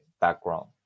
background